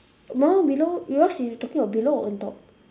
my one below yours is talking about below or on top